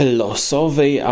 losowej